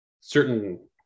certain